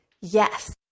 yes